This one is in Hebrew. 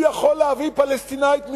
הוא יכול להביא פלסטינית מניו-יורק,